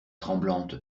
tremblante